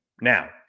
Now